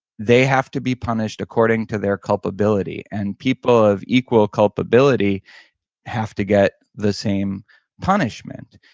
they have to be punished according to their culpability, and people of equal culpability have to get the same punishment.